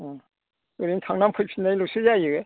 ओरैनो थांना फैफिन्नायल'सो जायो